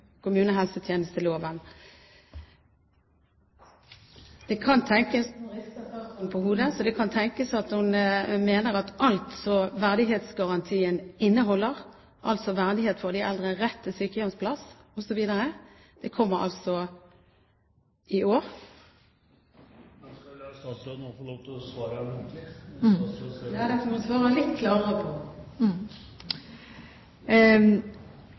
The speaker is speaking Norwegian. kommunehelsetjenesteloven. Nå rister statsråden på hodet, så det kan tenkes at hun mener at alt verdighetsgarantien inneholder, altså verdighet for de eldre, rett til sykehjemsplass osv., kommer i år. Da skal vi la statsråden få lov til å svare muntlig også. Dette må hun svare litt